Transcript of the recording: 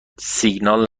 سیگنال